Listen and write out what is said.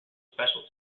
special